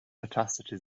ertastete